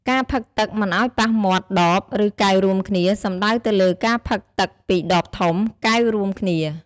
ការផឹកទឹកមិនឱ្យប៉ះមាត់ដបឫកែវរួមគ្នា សំដៅទៅលើការផឹកទឹកពីដបធំ កែវរួមគ្នា។